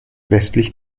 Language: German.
westlich